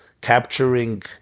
capturing